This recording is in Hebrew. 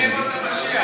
זה ימות המשיח,